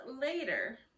later